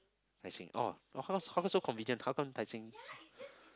Tai Seng orh how come how come so convenient how come Tai Seng